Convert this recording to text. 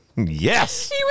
Yes